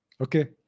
Okay